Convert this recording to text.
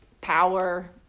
power